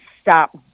stop